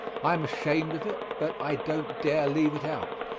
i am ashamed of it, but i don't dare leave it out.